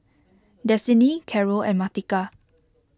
Destini Carroll and Martika